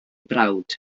brawd